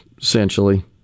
essentially